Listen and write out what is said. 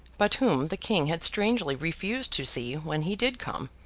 but whom the king had strangely refused to see when he did come,